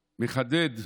מחדד: